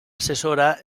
assessora